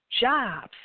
Jobs